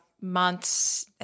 months